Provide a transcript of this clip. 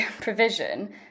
provision